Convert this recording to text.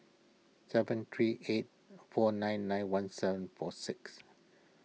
seven three eight four nine nine one seven four six